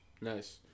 Nice